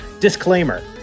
disclaimer